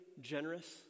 generous